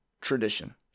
tradition